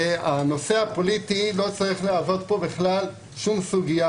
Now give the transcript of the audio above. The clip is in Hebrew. הנושא הפוליטי לא צריך להוות פה בכלל שום סוגיה,